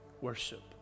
Worship